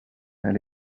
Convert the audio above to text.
elle